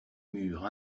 murs